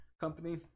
company